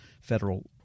federal